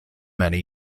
many